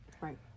Right